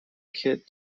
kit